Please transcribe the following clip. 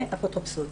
ואפוטרופסות.